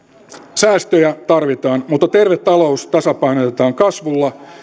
säästöjä tarvitaan mutta terve talous tasapainotetaan kasvulla